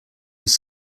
was